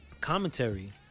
commentary